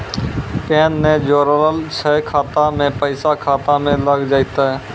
Pan ने जोड़लऽ छै खाता मे पैसा खाता मे लग जयतै?